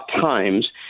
times